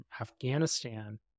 Afghanistan